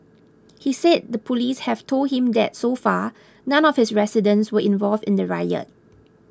he said the police have told him that so far none of his residents were involved in the riot